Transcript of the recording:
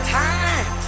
time